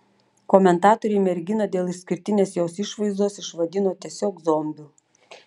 komentatoriai merginą dėl išskirtinės jos išvaizdos išvadino tiesiog zombiu